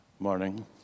morning